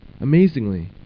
Amazingly